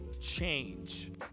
change